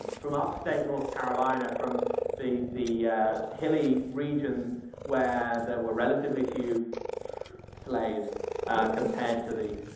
from upstate north carolina, from the the hilly region where there were relatively few slaves compared to the